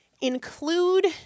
Include